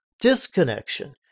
disconnection